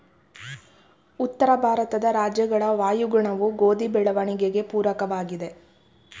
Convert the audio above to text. ಉತ್ತರ ಭಾರತದ ರಾಜ್ಯಗಳ ವಾಯುಗುಣವು ಗೋಧಿ ಬೆಳವಣಿಗೆಗೆ ಪೂರಕವಾಗಿದೆ,